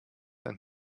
and